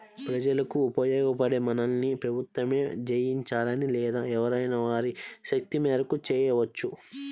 ప్రజలకు ఉపయోగపడే పనుల్ని ప్రభుత్వమే జెయ్యాలని లేదు ఎవరైనా వారి శక్తి మేరకు చెయ్యొచ్చు